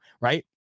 right